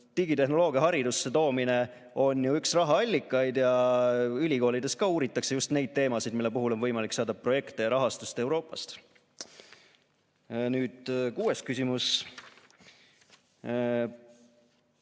Digitehnoloogia haridusse toomine on ju üks rahaallikaid ja ülikoolides uuritakse ka just neid teemasid, mille puhul on võimalik saada projekte ja rahastust Euroopast. Nüüd kuues küsimus.